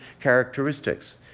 characteristics